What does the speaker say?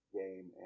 game